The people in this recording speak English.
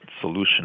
solution